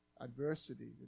adversity